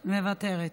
מוותרת.